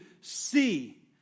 see